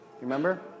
Remember